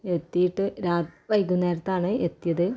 എത്തിയിട്ട് രാത് വൈകുന്നേരത്താണ് എത്തിയത്